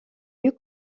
mieux